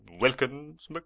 wilkins